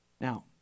Now